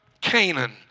canaan